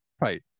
Right